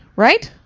right?